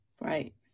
Right